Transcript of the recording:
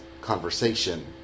conversation